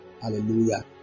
Hallelujah